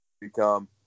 become